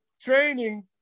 training